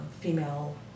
female